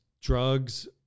drugs